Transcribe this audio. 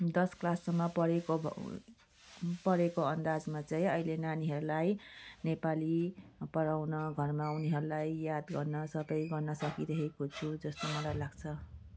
दस क्लाससम्म पढेको पढेको अन्दाजमा चाहिँ अहिले नानीहरूलाई नेपाली पढाउन घरमा उनीहरूलाई याद गर्न सबै गर्न सकिरहेको छु जस्तो मलाई लाग्छ